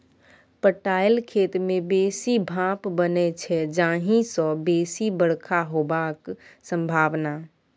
पटाएल खेत मे बेसी भाफ बनै छै जाहि सँ बेसी बरखा हेबाक संभाबना